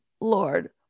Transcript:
Lord